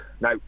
now